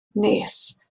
nes